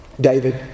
David